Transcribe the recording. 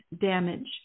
damage